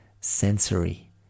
sensory